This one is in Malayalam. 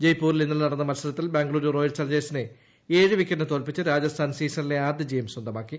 ജയ്പൂരിൽ ഇന്നലെ നടന്ന മത്സരത്തിൽ ബംഗളുരു റോയൽ ചലഞ്ചേഴ്സിനെ ഏഴ് വിക്കറ്റിന് തോൽപിച്ച് രാജസ്ഥാൻ സീസണിലെ ആദ്യ ജയം സ്വന്തമാക്കി